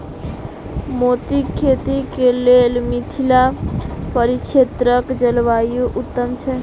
मोतीक खेती केँ लेल मिथिला परिक्षेत्रक जलवायु उत्तम छै?